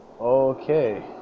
Okay